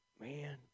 Man